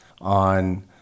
on